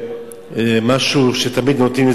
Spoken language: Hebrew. משהו שתמיד נותנים,